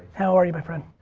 how are you my friend?